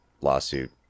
lawsuit